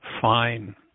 fine